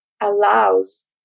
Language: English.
allows